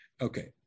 Okay